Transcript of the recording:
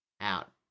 out